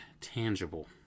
tangible